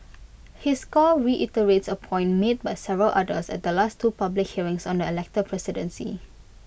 his call reiterates A point made by several others at the last two public hearings on the elected presidency